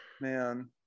man